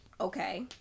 okay